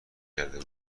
کرده